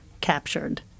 captured